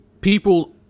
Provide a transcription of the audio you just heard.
people